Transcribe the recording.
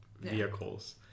vehicles